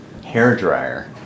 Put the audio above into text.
hairdryer